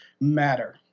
matter